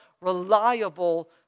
reliable